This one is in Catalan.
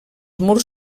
murs